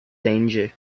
danger